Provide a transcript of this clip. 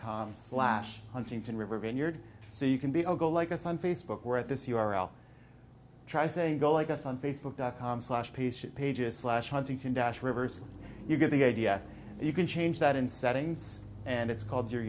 com slash huntington river vineyard so you can be a little like us on facebook where at this u r l try saying go like us on facebook dot com slash piece pages slash huntington dash reverse you get the idea you can change that in settings and it's called your